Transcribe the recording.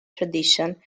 tradition